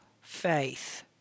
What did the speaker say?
faith